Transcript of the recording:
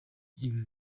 ibi